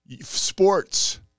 sports